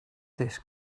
this